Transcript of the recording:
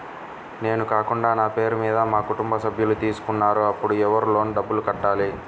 నేను కాకుండా నా పేరు మీద మా కుటుంబ సభ్యులు తీసుకున్నారు అప్పుడు ఎవరు లోన్ డబ్బులు కట్టాలి?